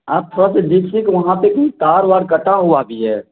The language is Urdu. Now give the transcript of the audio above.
آپ تھوڑا سا دیکھیے کہ وہاں پہ کہیں تار وار کٹا ہوا بھی ہے